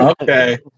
Okay